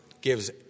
gives